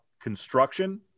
construction